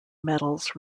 metals